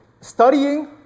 studying